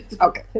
okay